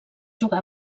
jugar